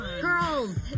Girls